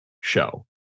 show